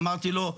אמרתי לו,